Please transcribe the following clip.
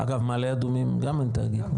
אגב, במעלה אדומים גם אין תאגיד.